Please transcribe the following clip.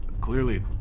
Clearly